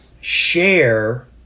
share